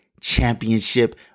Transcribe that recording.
championship